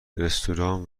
رستوران